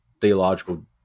theological